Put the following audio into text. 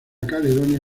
caledonia